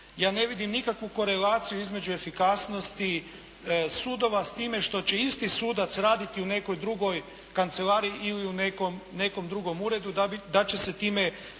Ja ne vidim nikakvu korelaciju između efikasnosti sudova, s time što će isti sudac raditi u nekoj drugoj kancelariji ili u nekom drugom uredu da će se time